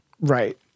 right